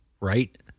right